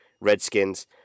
Redskins